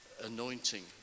anointing